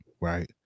Right